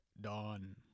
Dawn